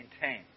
maintain